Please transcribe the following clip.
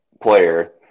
player